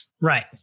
Right